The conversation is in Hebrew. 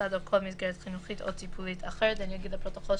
מוסד או כל מסגרת חינוכית או טיפולית אחרת," ואני אגיד לפרוטוקול,